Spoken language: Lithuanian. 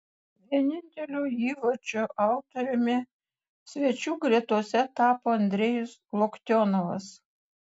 vienintelio įvarčio autoriumi svečių gretose tapo andrejus loktionovas